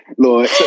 Lord